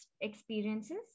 experiences